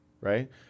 right